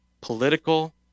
Political